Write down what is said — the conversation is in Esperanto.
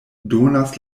donas